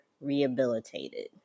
rehabilitated